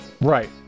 Right